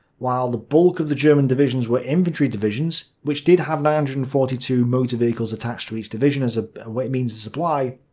while the bulk of the german divisions were infantry divisions which did have nine hundred and forty two motor vehicles attached to each division as a means of supply,